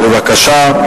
בבקשה.